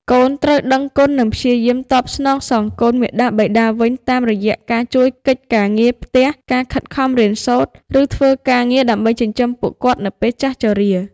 កូនត្រូវដឹងគុណ និងព្យាយាមតបស្នងសងគុណមាតាបិតាវិញតាមរយៈការជួយកិច្ចការងារផ្ទះ ការខិតខំរៀនសូត្រ ឬធ្វើការងារដើម្បីចិញ្ចឹមពួកគាត់នៅពេលចាស់ជរា។